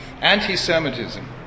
Anti-Semitism